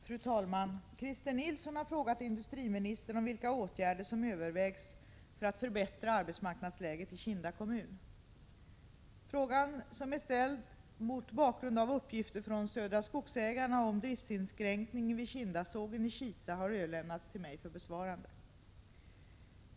Fru talman! Christer Nilsson har frågat industriministern vilka åtgärder som övervägs för att förbättra arbetsmarknadsläget i Kinda kommun. Frågan, som är ställd mot bakgrund av uppgifter från Södra Skogsägarna om driftsinskränkning vid Kindasågen i Kisa, har överlämnats till mig för besvarande.